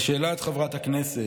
לשאלת חברת הכנסת,